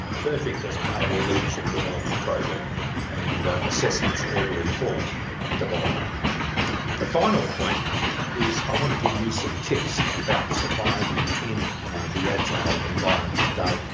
perfect as part of a leadership development program and assessments ordering form development the final point is i want to give you some tips about surviving in the agile environment today,